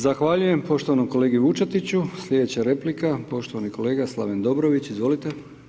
Zahvaljujem poštovanom kolegi Vučetiću, sljedeća replika, poštovani kolega Slaven Dobrović, izvolite.